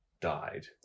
died